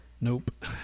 Nope